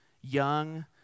young